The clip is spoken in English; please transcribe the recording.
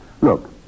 Look